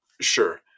Sure